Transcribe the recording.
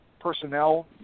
personnel